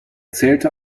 zählte